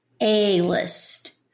A-list